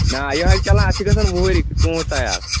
آ یِہٕے چَلان اَتھ چھِ گژھان ؤہٕرۍ ژوٗنٛٹھ تیار